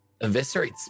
eviscerates